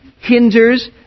hinders